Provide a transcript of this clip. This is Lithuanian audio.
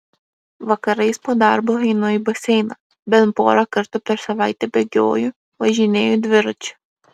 vakarais po darbo einu į baseiną bent porą kartų per savaitę bėgioju važinėju dviračiu